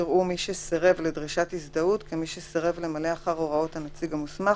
יראו מי שסירב לדרישת הזדהות כמי שסירב למלא אחר הוראות הנציג המוסמך